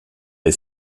est